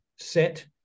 set